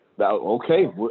Okay